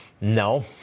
No